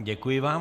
Děkuji vám.